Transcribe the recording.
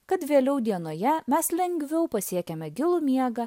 kad vėliau dienoje mes lengviau pasiekiame gilų miegą